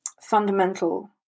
fundamental